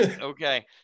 Okay